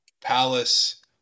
Palace